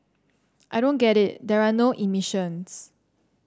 I don't get it there are no emissions